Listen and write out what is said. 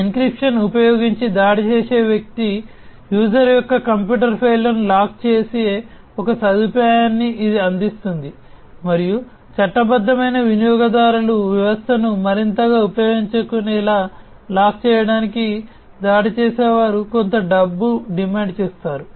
encryption ఉపయోగించి దాడి చేసే వ్యక్తి యూజర్ యొక్క కంప్యూటర్ ఫైళ్ళను లాక్ చేసే ఒక సదుపాయాన్ని ఇది అందిస్తుంది మరియు చట్టబద్ధమైన వినియోగదారులు వ్యవస్థను మరింతగా ఉపయోగించుకునేలా లాక్ చేయడానికి దాడి చేసేవారు కొంత డబ్బు డిమాండ్ చేస్తారు